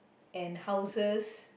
and houses